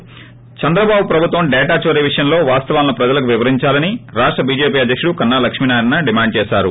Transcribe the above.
ి స్ట్రచంద్రబాబు ప్రభుత్వం డేటా చోరి విషయంలో వాస్తవాలను ప్రజలకు వివరించాలని రాష్ట ్ బీజేపీ అధ్యకుడు కన్నా లక్ష్మీ నారాయణ డిమాండ్ చేశారు